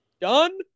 done